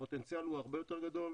הפוטנציאל הוא הרבה יותר גדול,